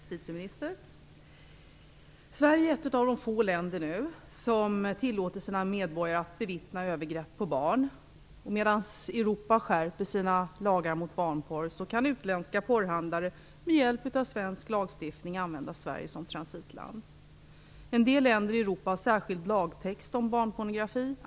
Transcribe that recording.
Fru talman! Sverige är ett av de få länder som nu tillåter sina medborgare att bevittna övergrepp på barn. Medan Europa skärper sina lagar mot barnpornografi kan utländska pornografihandlare, med hjälp av svensk lagstiftning, använda Sverige som transitland. En del länder i Europa har särskild lagtext om barnpornografi.